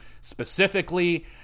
specifically